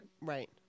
right